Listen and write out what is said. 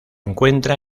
encuentra